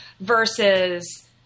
versus